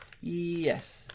Yes